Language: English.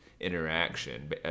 interaction